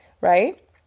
right